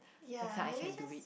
next time I can do it